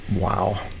Wow